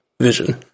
Vision